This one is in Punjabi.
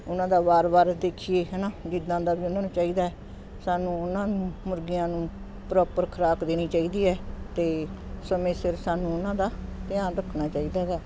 ਉਹਨਾਂ ਦਾ ਵਾਰ ਵਾਰ ਦੇਖੀਏ ਹੈ ਨਾ ਜਿੱਦਾਂ ਦਾ ਵੀ ਉਹਨਾਂ ਨੂੰ ਚਾਹੀਦਾ ਸਾਨੂੰ ਉਹਨਾਂ ਨੂੰ ਮੁਰਗਿਆਂ ਨੂੰ ਪ੍ਰੋਪਰ ਖੁਰਾਕ ਦੇਣੀ ਚਾਹੀਦੀ ਹੈ ਅਤੇ ਸਮੇਂ ਸਿਰ ਸਾਨੂੰ ਉਹਨਾਂ ਦਾ ਧਿਆਨ ਰੱਖਣਾ ਚਾਹੀਦਾ ਗਾ